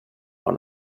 har